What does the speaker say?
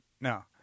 No